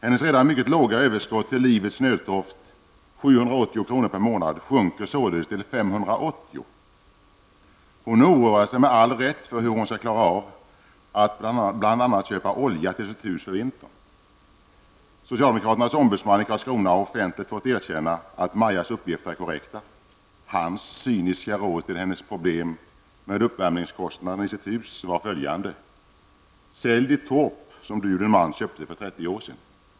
Hennes redan mycket låga överskott till livets nödtorft, 780 kr. per månad, sjunker således till 580 kr. Hon oroar sig med all rätt för hur hon skall klara av att bl.a. köpa olja till sitt hus för vintern. Socialdemokraternas ombudsman i Karlskrona har offentligt fått erkänna att Majas uppgifter är korrekta. Hans cyniska råd till hennes problem med uppvärmningskostnaden i sitt hus var följande: Sälj ditt torp som du och din man köpte för trettio år sedan!